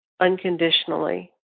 unconditionally